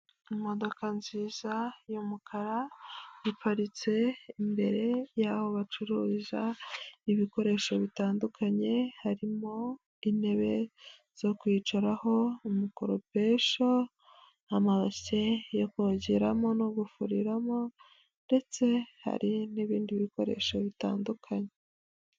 Imodoka nziza y'umukara, iparitse imbere y'aho bacururiza ibikoresho bitandukanye, harimo intebe zo kwicaraho, umukoropesho, amabase yo kogeramo no gufuriramo ndetse hari n'ibindi bikoresho bitandukanye.